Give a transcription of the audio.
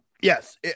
Yes